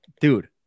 dude